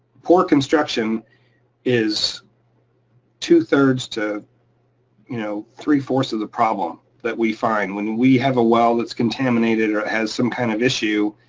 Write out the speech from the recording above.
poor construction is two thirds to you know three fourths of the problem that we find. when we have a well that's contaminated or it has some kind of issue,